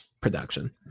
production